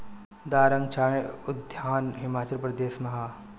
दारांग चाय उद्यान हिमाचल प्रदेश में हअ